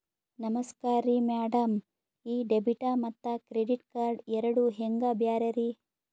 ನಮಸ್ಕಾರ್ರಿ ಮ್ಯಾಡಂ ಈ ಡೆಬಿಟ ಮತ್ತ ಕ್ರೆಡಿಟ್ ಕಾರ್ಡ್ ಎರಡೂ ಹೆಂಗ ಬ್ಯಾರೆ ರಿ?